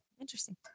interesting